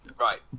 Right